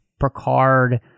Picard